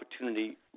opportunity